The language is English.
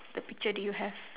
the picture do you have